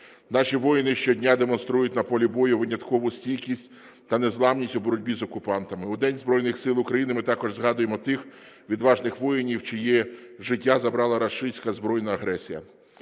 Наші воїни щодня демонструють на полі бою виняткову стійкість та незламність у боротьбі з окупантами. У День Збройних Сил України ми також згадуємо тих відважних воїнів, чиє життя забрала рашистська збройна агресія.